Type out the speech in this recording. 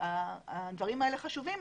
הדברים האלה חשובים.